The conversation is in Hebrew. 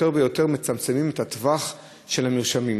ויותר מצמצמות את הטווח של המרשמים,